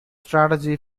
strategy